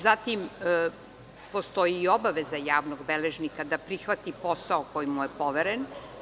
Zatim, postoji i obaveza javnog beležnika da prihvati posao koji mu je poveren.